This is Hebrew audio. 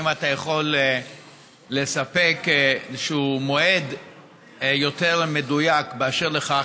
האם אתה יכול לספק מועד יותר מדויק באשר לכך?